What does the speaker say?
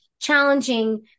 challenging